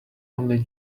only